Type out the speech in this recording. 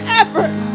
effort